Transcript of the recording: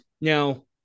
now